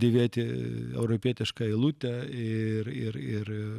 dėvėti europietišką eilutę ir ir ir